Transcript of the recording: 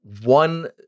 One